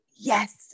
yes